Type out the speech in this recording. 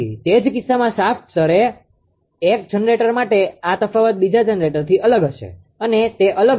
તે જ કિસ્સામાં શાફ્ટ સ્તરે એક જનરેટર માટે આ તફાવત બીજા જનરેટરથી અલગ હશે અને તે અલગ હશે